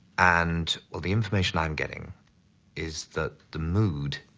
and well, the information i'm getting is that the mood